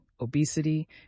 obesity